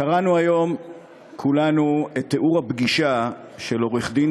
קראנו היום כולנו את תיאור הפגישה של עורך-הדין